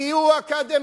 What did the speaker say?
כי הוא אקדמאי,